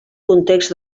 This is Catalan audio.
context